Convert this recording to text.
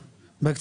בקצרה.